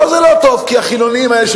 זה לא טוב לא כי החילונים האלה,